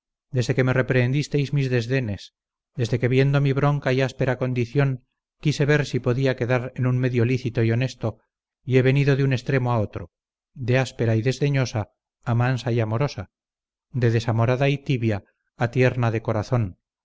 desde que me reprehendisteis mis desdenes desde que viendo mi bronca y áspera condición quise ver si podía quedar en un medio lícito y honesto y he venido de un extremo a otro de áspera y desdeñosa a mansa y amorosa de desamorada y tibia a tierna de corazón